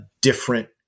different